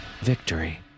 victory